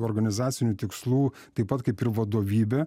organizacinių tikslų taip pat kaip ir vadovybė